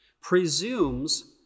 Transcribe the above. presumes